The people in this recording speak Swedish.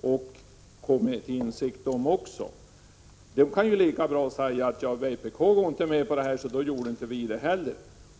och kommit tillinsikt om det. De kan ju lika gärna säga att eftersom vpk inte gick med på detta så gjorde inte vi det heller.